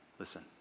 Listen